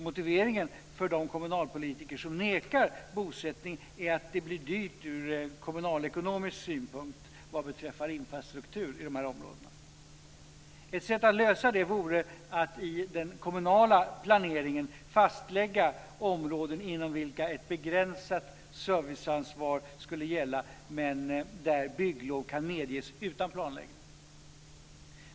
Motiveringen för de kommunalpolitiker som nekar bosättning är att det blir dyrt ur kommunalekonomisk synpunkt vad beträffar infrastruktur i dessa områden. Ett sätt att lösa detta vore att i den kommunala planeringen fastlägga områden inom vilka ett begränsat serviceansvar skulle gälla, men där bygglov kan medges utan planläggning.